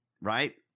right